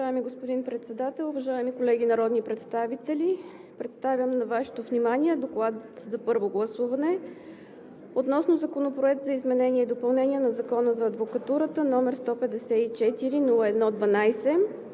Уважаеми господин Председател, уважаеми колеги народни представители! Представям на Вашето внимание „ДОКЛАД за първо гласуване относно Законопроект за изменение и допълнение на Закона за адвокатурата, № 154-01-12,